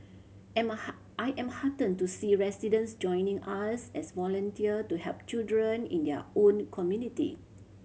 I am heartened to see residents joining us as volunteer to help children in their own community